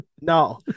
No